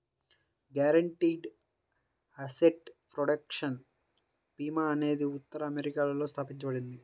guaranteed asset protection భీమా అనేది ఉత్తర అమెరికాలో స్థాపించబడింది